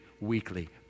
weekly